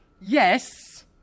Yes